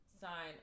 sign